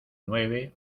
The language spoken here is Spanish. nueve